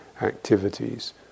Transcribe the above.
activities